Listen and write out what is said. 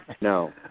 No